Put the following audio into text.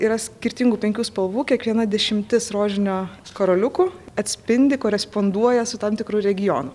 yra skirtingų penkių spalvų kiekviena dešimtis rožinio karoliukų atspindi koresponduoja su tam tikru regionu